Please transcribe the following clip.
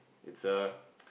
it's a